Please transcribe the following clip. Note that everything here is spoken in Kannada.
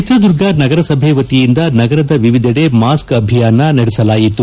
ಚಿತ್ರದುರ್ಗ ನಗರಸಭೆ ವತಿಯಿಂದ ನಗರದ ವಿವಿಧೆಡೆ ಮಾಸ್ಕ್ ಅಭಿಯಾನ ನಡೆಸಲಾಯಿತು